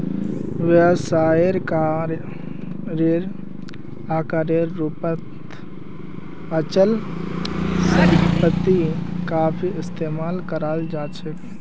व्यवसायेर आकारेर रूपत अचल सम्पत्ति काफी इस्तमाल कराल जा छेक